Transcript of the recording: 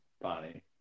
Bonnie